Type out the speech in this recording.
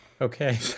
Okay